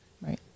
Right